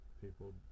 people